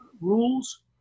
rules